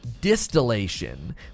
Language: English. distillation